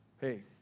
Hey